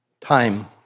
time